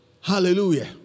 Hallelujah